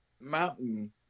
mountain